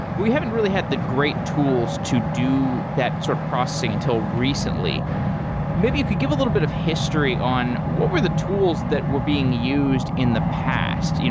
we haven't really had the great tools to do that sort of processing until recently maybe you could give a little bit of history on what were the tools that were being used in the past,